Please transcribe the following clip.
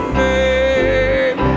name